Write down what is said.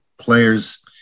players